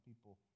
people